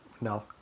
No